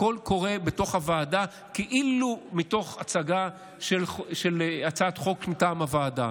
הכול קורה בתוך הוועדה כאילו מתוך הצגה של הצעת חוק מטעם הוועדה.